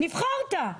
נבחרת,